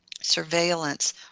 surveillance